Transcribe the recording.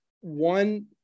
One